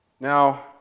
Now